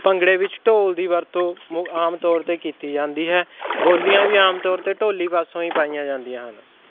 ਭੰਗੜੇ ਵਿੱਚ ਢੋਲ ਦੀ ਵਰਤੋਂ ਮੁ ਆਮ ਤੌਰ 'ਤੇ ਕੀਤੀ ਜਾਂਦੀ ਹੈ ਬੋਲੀਆਂ ਵੀ ਆਮ ਤੌਰ 'ਤੇ ਢੋਲੀ ਪਾਸੋਂ ਹੀ ਪਾਈਆਂ ਜਾਂਦੀਆਂ ਹਨ